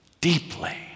deeply